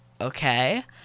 Okay